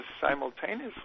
simultaneously